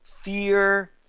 fear